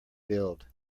build